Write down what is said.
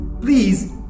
please